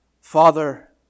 Father